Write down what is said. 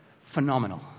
phenomenal